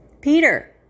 Peter